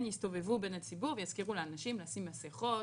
יסתובבו בין הציבור ויזכירו לאנשים לשים מסיכות,